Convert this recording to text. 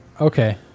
Okay